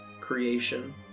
creation